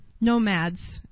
nomads